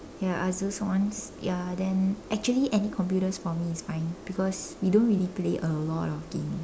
ya Asus ones ya then actually any computers for me is fine because we don't really play a lot of games